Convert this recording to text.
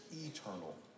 eternal